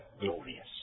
glorious